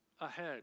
ahead